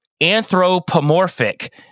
anthropomorphic